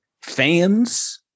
fans